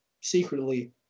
secretly